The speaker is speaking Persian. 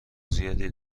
زیادی